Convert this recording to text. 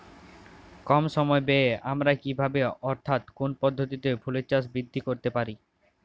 কম সময় ব্যায়ে আমরা কি ভাবে অর্থাৎ কোন পদ্ধতিতে ফুলের চাষকে বৃদ্ধি করতে পারি?